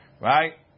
right